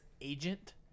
agent